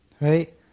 right